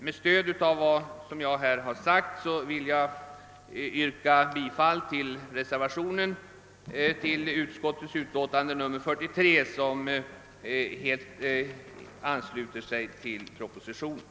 Med stöd av det anförda yrkar jag bifall till den vid första lagutskottets utlåtande nr 43 fogade reservationen, som helt ansluter sig till propositionen.